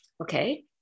Okay